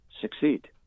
succeed